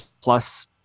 plus